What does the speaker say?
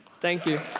thank you.